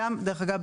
דרך אגב,